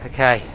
Okay